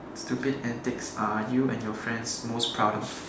stupid antics are you and your friends most proud of